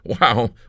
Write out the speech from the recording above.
Wow